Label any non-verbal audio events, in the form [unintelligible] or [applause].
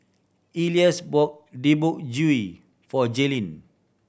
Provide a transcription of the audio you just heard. Elias bought Deodeok [unintelligible] for Jaylynn